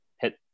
hit